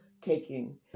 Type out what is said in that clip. taking